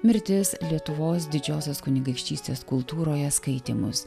mirtis lietuvos didžiosios kunigaikštystės kultūroje skaitymus